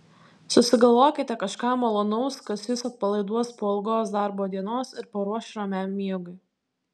susigalvokite kažką malonaus kas jus atpalaiduos po ilgos darbo dienos ir paruoš ramiam miegui